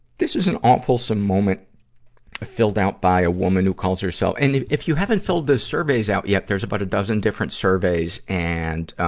this is an awfulsome moment filled out by a woman who calls herself and if, if you haven't filled the surveys out yet, there's about a dozen different surveys. and, ah,